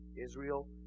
Israel